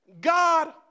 God